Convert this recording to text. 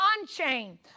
unchained